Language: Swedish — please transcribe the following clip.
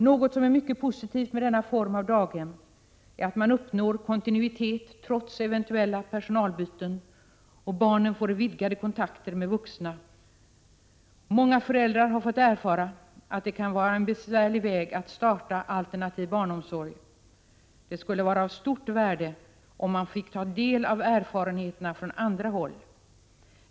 Något som är mycket positivt med denna form av daghem är att man uppnår kontinuitet trots eventuella personalbyten och barnen får vidgade kontakter med vuxna. Många föräldrar har fått erfara att det kan vara en besvärlig väg att starta alternativ barnomsorg. Det skulle vara av stort värde om man fick ta del av erfarenheterna från andra håll.